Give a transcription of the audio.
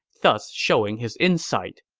thus showing his insight.